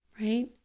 right